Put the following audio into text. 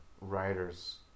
writers